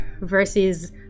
versus